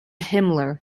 himmler